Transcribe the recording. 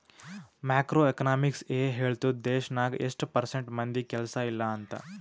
macro economics ಎ ಹೇಳ್ತುದ್ ದೇಶ್ನಾಗ್ ಎಸ್ಟ್ ಪರ್ಸೆಂಟ್ ಮಂದಿಗ್ ಕೆಲ್ಸಾ ಇಲ್ಲ ಅಂತ